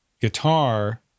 guitar